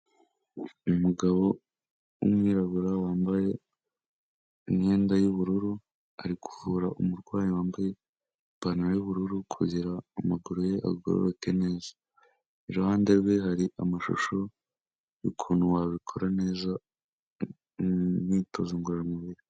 Umugabo w'umwirabura wambaye imyenda y'ubururu, ari kuvura umurwayi wambaye ipantaro y'ubururu kugira amaguru ye agororoke neza. Iruhande rwe hari amashusho y'ukuntu wabikora neza, imyitozo ngororamubiri.